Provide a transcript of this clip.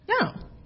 No